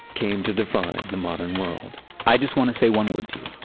came to define the modern world i just want to say one word to you.